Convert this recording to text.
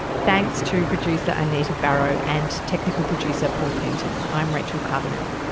thanks to producer anita barraud and technical producer paul penton. i'm rachel carbonell